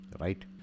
right